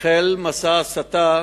החל מסע הסתה